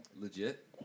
legit